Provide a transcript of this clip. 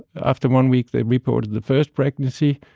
after one week, they reported the first pregnancy.